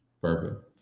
Perfect